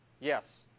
Yes